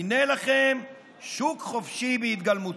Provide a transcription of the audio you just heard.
הינה לכם שוק חופשי בהתגלמותו.